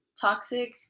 toxic